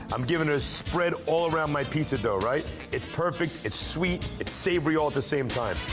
i'm given it a spread all around my pizza dough, right. it's perfect, it's sweet, it's savory, all at the same time.